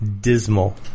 dismal